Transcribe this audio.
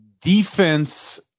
defense